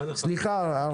הישיבה ננעלה בשעה 10:20.